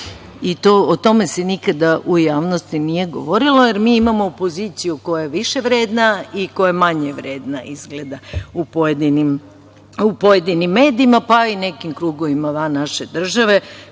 O tome se nikada u javnosti nije govorilo, jer mi imamo opoziciju koja je više vredna i koja je manje vredna izgleda u pojedinim medijima, pa i nekim krugovima van naše države.